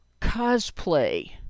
cosplay